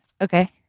Okay